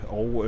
og